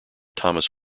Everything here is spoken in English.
thomas